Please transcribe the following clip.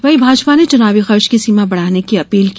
वहीं भाजपा ने चुनावी खर्च की सीमा बढ़ाने की अपील की